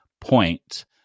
point